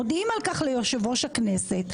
מודיעים על כך ליושב ראש הכנסת,